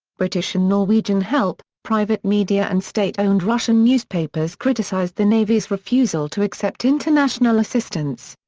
british and norwegian help private media and state-owned russian newspapers criticized the navy's refusal to accept international assistance.